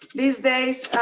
these days